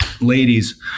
ladies